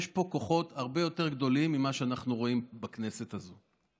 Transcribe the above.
יש פה כוחות הרבה יותר גדולים ממה שאנחנו רואים בכנסת הזאת.